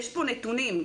קיימים נתונים.